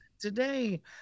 today